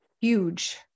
huge